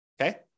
okay